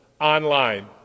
Online